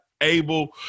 able